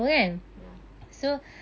ya